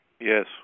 Yes